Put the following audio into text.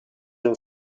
een